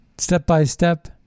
step-by-step